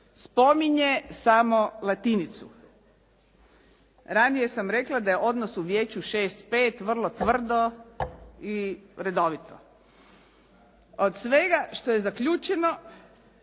spominje samo "Latinicu". Ranije sam rekla da je odnos u vijeću 6:5, vrlo tvrdo i redovito. Od svega što je zaključeno,